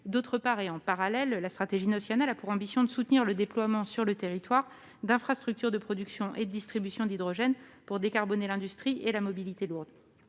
D'autre part, et en parallèle, la stratégie nationale a pour ambition de soutenir le déploiement sur le territoire d'infrastructures de production et de distribution d'hydrogène pour décarboner l'industrie et la mobilité lourde.